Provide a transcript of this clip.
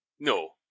No